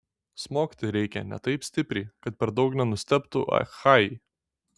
smogti reikia ne taip stipriai kad per daug nenustebtų achajai